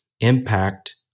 impact